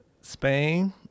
Spain